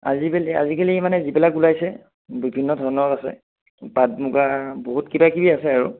আজিকালি আজিকালি মানে যিবিলাক ওলাইছে বিভিন্ন ধৰণৰ আছে পাট মুগা বহুত কিবাকিবি আছে আৰু